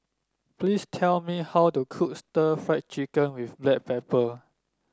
please tell me how to cook Stir Fried Chicken with Black Pepper